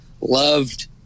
loved